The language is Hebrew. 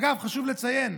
אגב, חשוב לציין,